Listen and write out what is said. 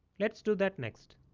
let's do that next.